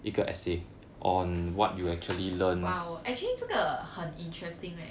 !wow! actually 这个很 interesting leh